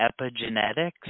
epigenetics